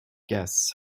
guests